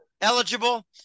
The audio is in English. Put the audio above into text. Eligible